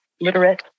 literate